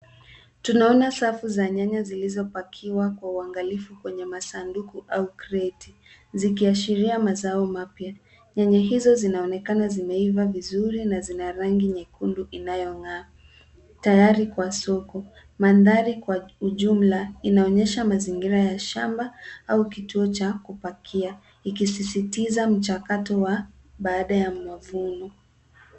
Tunaona safu za nyanya zilizopakiwa kwa uangalifu kwenye masanduku au kreti zikiashiria mazao mapya. Nyanya hizo zinaonekana zimeiva vizuri na sina rangi nyekundu inayong'aa tayari kwa soko. Mandhari kwa jumla, inaonyesha mazingira ya shamba au kituo cha kupakia ikisisitiza mchakato wa baada ya mavuno.